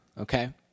Okay